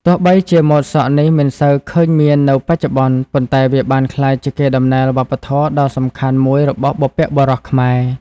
ទោះបីជាម៉ូតសក់នេះមិនសូវឃើញមាននៅបច្ចុប្បន្ន ប៉ុន្តែវាបានក្លាយជាកេរដំណែលវប្បធម៌ដ៏សំខាន់មួយរបស់បុព្វបុរសខ្មែរ។